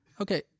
Okay